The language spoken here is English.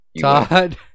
Todd